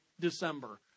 December